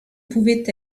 pouvait